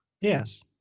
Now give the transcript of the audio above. Yes